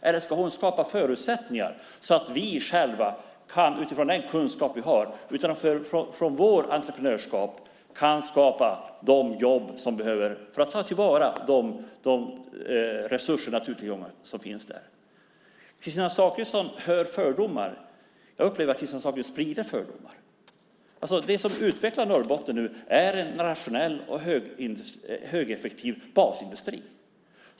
Eller ska hon skapa förutsättningar så att vi själva, utifrån den kunskap vi har och utifrån vårt entreprenörskap, kan skapa de jobb som behövs för att ta till vara de resurser och naturtillgångar som finns där? Kristina Zakrisson hör fördomar. Jag upplever att Kristina Zakrisson sprider fördomar. Det som utvecklar Norrbotten är en rationell och högeffektiv basindustri.